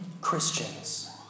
Christians